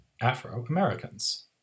Afro-Americans